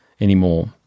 anymore